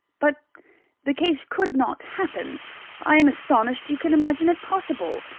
but the case could not happen i am astonished you can imagine it possible.